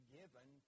given